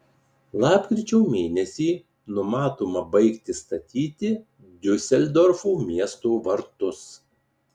lapkričio mėnesį numatoma baigti statyti diuseldorfo miesto vartus